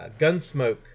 Gunsmoke